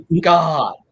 God